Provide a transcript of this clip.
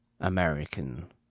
American